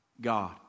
God